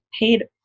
paid